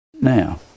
Now